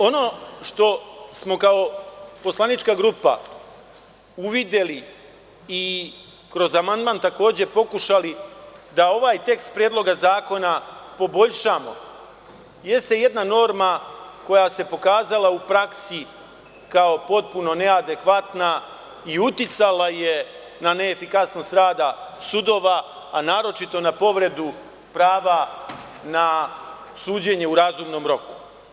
Ono što smo kao poslanička grupa uvideli i kroz amandman takođe pokušali da ovaj tekst Predloga zakona poboljšamo jeste jedna norma koja se pokazala u praksi kao potpuno neadekvatna i uticala je na neefikasnost rada sudova, a naročito na povredu prava, na suđenje u razumnom roku.